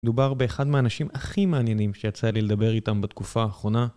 דובר באחד מהאנשים הכי מעניינים שיצא לי לדבר איתם בתקופה האחרונה.